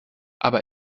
aber